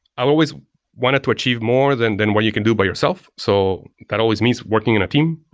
i've always wanted to achieve more than than what you can do by yourself. so that always means working in a team.